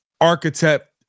archetype